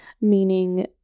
meaning